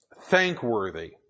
thankworthy